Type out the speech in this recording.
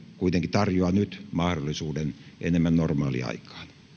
tarjoaa nyt mahdollisuuden enemmän normaaliaikaan